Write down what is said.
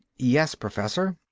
yes, professor